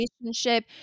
relationship